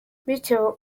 bityo